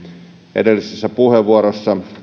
edellisessä puheenvuorossa